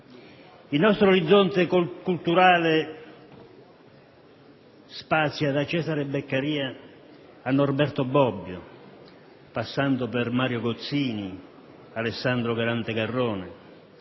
Il nostro orizzonte culturale spazia da Cesare Beccaria a Norberto Bobbio, passando per Mario Gozzini e Alessandro Galante Garrone,